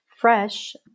fresh